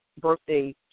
birthday